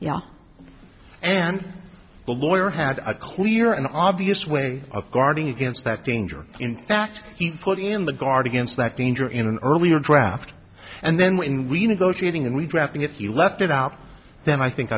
danger and the lawyer had a clear and obvious way of guarding against that danger in fact he put in the guard against that danger in an earlier draft and then when we negotiating the redrafting if you left it out then i think